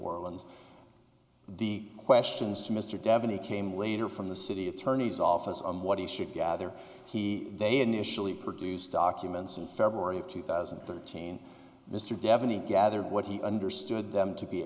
orleans the questions to mr devaney came later from the city attorney's office on what he should gather he they initially produced documents in february of two thousand and thirteen mr devaney gathered what he understood them to be